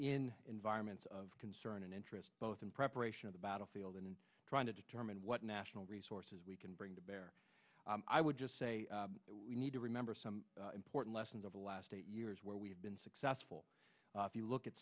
in environments of concern and interest both in preparation of the battlefield and in trying to determine what national resources we can bring to bear i would just say we need to remember some important lessons of the last eight years where we have been successful if you look at